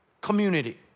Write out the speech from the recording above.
community